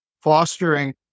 fostering